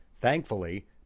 Thankfully